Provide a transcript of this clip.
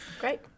Great